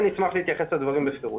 עכשיו אני אשמח להתייחס לדברים בפירוט.